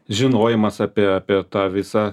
žinojimas apie apie tą visą